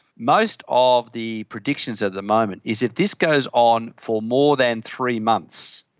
most of the predictions at the moment is if this goes on for more than three months,